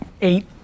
eight